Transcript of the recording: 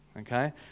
okay